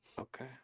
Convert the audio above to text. Okay